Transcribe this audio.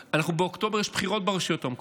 באוקטובר יש בחירות ברשויות המקומיות,